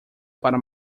para